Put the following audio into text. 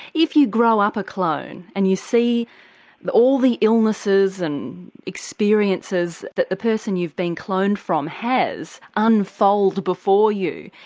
if you grow up a clone and you see all the illnesses and experiences that the person you've been cloned from has unfold before you,